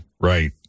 Right